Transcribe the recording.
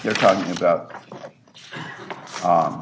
you're talking about